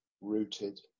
rooted